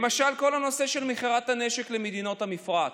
למשל כל הנושא של מכירת הנשק למדינות המפרץ.